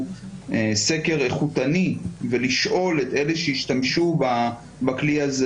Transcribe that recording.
סקר איכותני ולשאול את אלה שהשתמשו בכלי הזה,